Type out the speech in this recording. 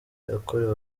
yakorewe